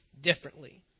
differently